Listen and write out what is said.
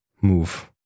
move